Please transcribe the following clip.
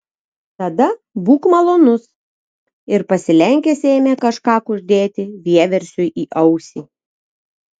tada būk malonus ir pasilenkęs ėmė kažką kuždėti vieversiui į ausį